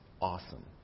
awesome